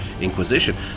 Inquisition